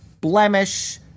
blemish